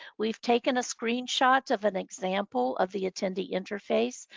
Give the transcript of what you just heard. we've taken a screenshot of an example of the attendee interface.